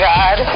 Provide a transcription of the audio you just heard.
God